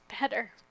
better